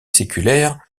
séculaire